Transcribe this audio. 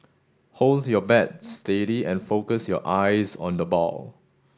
hold your bat steady and focus your eyes on the ball